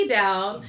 down